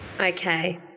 okay